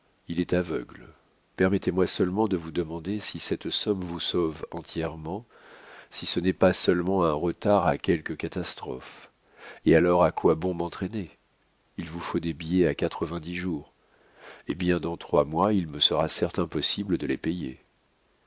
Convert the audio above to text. il est aveugle permettez-moi seulement de vous demander si cette somme vous sauve entièrement si ce n'est pas seulement un retard à quelque catastrophe et alors à quoi bon m'entraîner il vous faut des billets à quatre-vingt-dix jours eh bien dans trois mois il me sera certes impossible de les payer